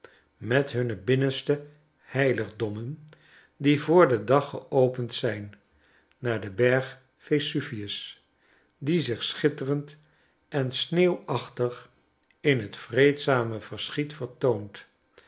met hunne binnenste heiligdommen die voor den dag geopend zijn naar den berg vesuvius die zich schitterend en sneeuwachtig in het vreedzame verschiet vertoont